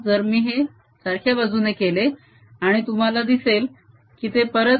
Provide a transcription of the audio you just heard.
जर मी हे सारख्या बाजूने केले आणि तुम्हाला दिसेल की ते परत 0